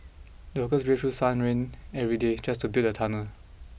the workers braved through sun and rain every day just to build the tunnel